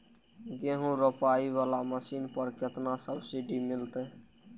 गेहूं रोपाई वाला मशीन पर केतना सब्सिडी मिलते?